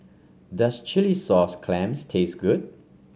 does Chilli Sauce Clams taste good